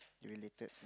related